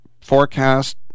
forecast